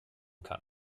kann